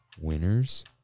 Winner's